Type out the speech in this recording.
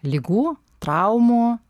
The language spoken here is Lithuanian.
ligų traumų